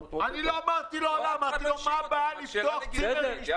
שאלתי מה הבעיה לפתוח צימרים.